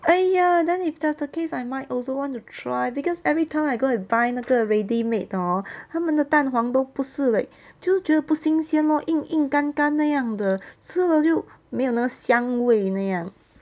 !aiya! then if that's the case I might also want to try because everytime I go and buy 那个 ready made 的 hor 它们的蛋黄都不是 like 就是觉得不新鲜 lor 硬硬干干那样的吃了就没有那个香味那样